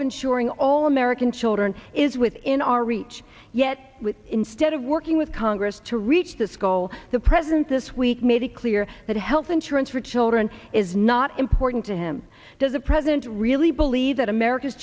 of ensuring all american children is within our reach yet instead of working with congress to reach this goal the president this week made it clear that health insurance for children is not important to him does the president really believe that america's